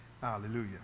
Hallelujah